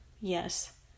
yes